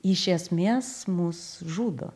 iš esmės mus žudo